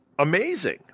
amazing